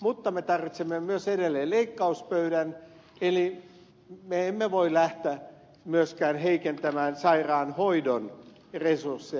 mutta me tarvitsemme myös edelleen leikkauspöydän eli me emme voi lähteä myöskään heikentämään sairaanhoidon resursseja